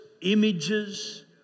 images